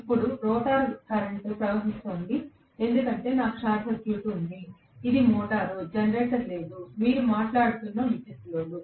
ఇప్పుడు rotor current ప్రవహిస్తోంది ఎందుకంటే నాకు షార్ట్ సర్క్యూట్ ఉంది ఇది మోటారు జనరేటర్ లేదు మీరు మాట్లాడుతున్న విద్యుత్ లోడ్